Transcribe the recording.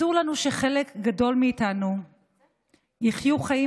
אסור לנו שחלק גדול מאיתנו יחיו חיים